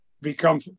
become